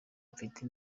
mfite